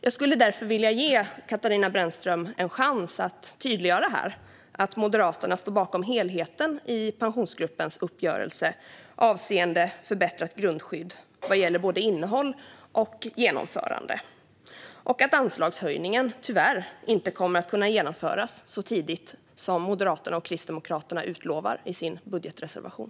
Jag skulle därför vilja ge Katarina Brännström en chans att tydliggöra här att Moderaterna står bakom helheten i Pensionsgruppens uppgörelse avseende förbättrat grundskydd vad gäller både innehåll och genomförande och att anslagshöjningen tyvärr inte kommer att kunna genomföras så tidigt som Moderaterna och Kristdemokraterna utlovar i sin budgetreservation.